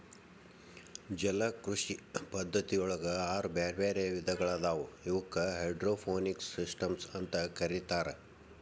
ಜಲಕೃಷಿ ಪದ್ಧತಿಯೊಳಗ ಆರು ಬ್ಯಾರ್ಬ್ಯಾರೇ ವಿಧಗಳಾದವು ಇವಕ್ಕ ಹೈಡ್ರೋಪೋನಿಕ್ಸ್ ಸಿಸ್ಟಮ್ಸ್ ಅಂತ ಕರೇತಾರ